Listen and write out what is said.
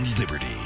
liberty